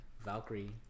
Valkyrie